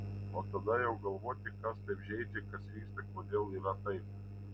o tada jau galvoti kas taip žeidžia kas vyksta kodėl yra taip